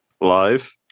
live